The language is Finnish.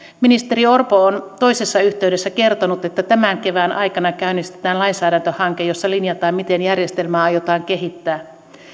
ministeri orpo on toisessa yhteydessä kertonut että tämän kevään aikana käynnistetään lainsäädäntöhanke jossa linjataan miten järjestelmää aiotaan kehittää